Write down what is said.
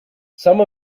some